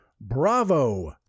bravo